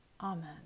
Amen